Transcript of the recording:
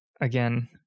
again